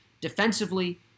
Defensively